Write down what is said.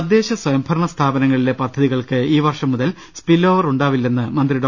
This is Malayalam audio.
തദ്ദേശ സ്വയംഭരണ സ്ഥാപനങ്ങളിലെ പദ്ധതികൾക്ക് ഈ വർഷം മുതൽ സ്പിൽഓവർ ഉണ്ടാവില്ലെന്ന് മന്ത്രി ഡോ